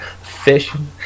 fishing